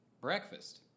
Breakfast